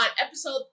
episode